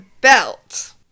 belt